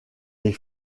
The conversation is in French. les